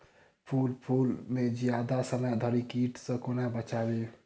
फल फुल केँ जियादा समय धरि कीट सऽ कोना बचाबी?